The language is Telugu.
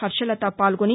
హర్షలత పాల్గొని